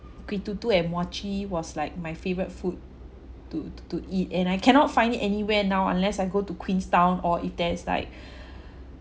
kueh tutu and muah chee was like my favorite food to to to eat and I cannot find it anywhere now unless I go to queenstown or if there is like